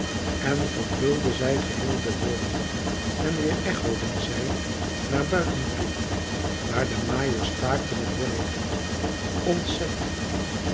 en vervulden zij geheel de woning en weêrechoden zij naar buiten toe waar de maaiers staakten het werk ontzet